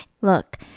Look